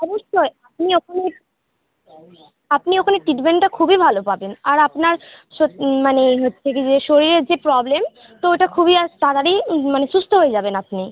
অবশ্যই আপনি ওখানে আপনি ওখানে ট্রিটমেন্টটা খুবই ভালো পাবেন আর আপনার সত্যি মানে হচ্ছে কী যে শরীরের যে প্রবলেম তো ওটা খুবই আজ তাড়াতাড়ি মানে সুস্থ হয়ে যাবেন আপনি